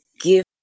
give